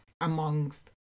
amongst